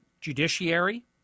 judiciary